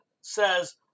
says